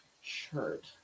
shirt